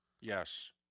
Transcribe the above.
Yes